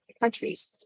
countries